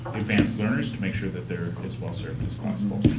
advanced learners to make sure that they're is well served as possible.